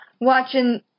watching